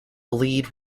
lead